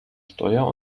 steuer